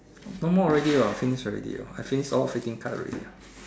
no more already hor finish already hor I finished all fifteen card already ah